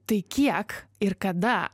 tai kiek ir kada